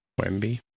Wemby